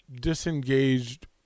disengaged